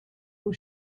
will